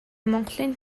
монголын